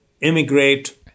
immigrate